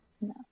No